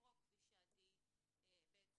כפי שעדי העלתה.